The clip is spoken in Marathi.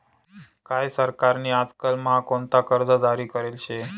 काय सरकार नी आजकाल म्हा कोणता कर्ज जारी करेल शे